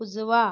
उजवा